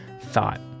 thought